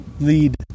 lead